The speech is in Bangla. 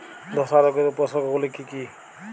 ধসা রোগের উপসর্গগুলি কি কি?